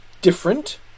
different